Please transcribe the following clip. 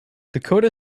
dakota